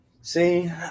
See